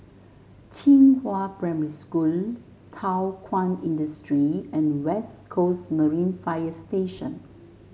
Qihua Primary School Thow Kwang Industry and West Coast Marine Fire Station